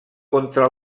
contra